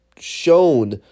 shown